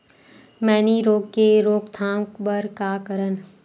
मैनी रोग के रोक थाम बर का करन?